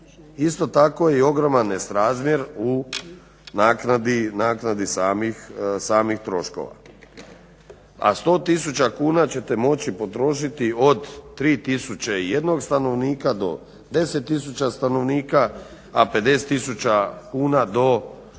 Isto tako je i ogroman nesrazmjer u naknadi samih troškova, a 100 tisuća kuna ćete moći potrošiti od 3001 do 10000 stanovnika, a 50 tisuća kuna do općine